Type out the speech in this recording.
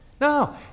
No